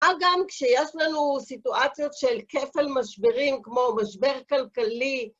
אגב כשיש לנו סיטואציות של כפל משברים כמו משבר כלכלי.